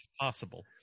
possible